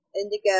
indigo